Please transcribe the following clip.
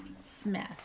Smith